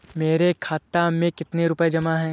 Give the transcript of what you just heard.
मेरे खाता में कितनी पैसे जमा हैं?